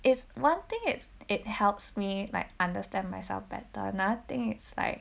it's one thing it it helps me like understand myself better another thing it's like